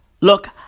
look